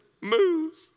moves